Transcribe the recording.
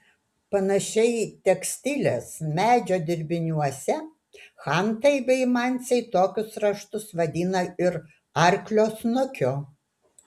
panašiai tekstilės medžio dirbiniuose chantai bei mansiai tokius raštus vadina ir arklio snukiu